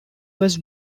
was